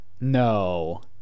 No